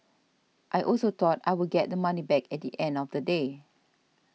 I also thought I would get the money back at the end of the day